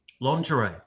lingerie